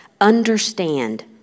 Understand